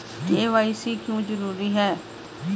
KYC क्यों जरूरी है?